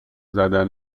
زدن